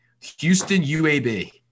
Houston-UAB